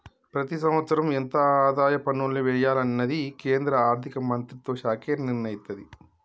ప్రతి సంవత్సరం ఎంత ఆదాయ పన్నుల్ని వెయ్యాలనేది కేంద్ర ఆర్ధిక మంత్రిత్వ శాఖే నిర్ణయిత్తది